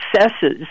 successes